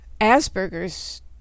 Asperger's